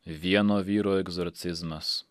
vieno vyro egzorcizmas